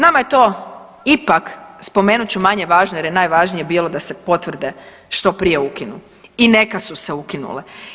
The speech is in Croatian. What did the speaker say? Nama je to ipak spomenut ću manje važno, jer je najvažnije bilo da se potvrde što prije ukinu i neka su se ukinule.